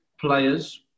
players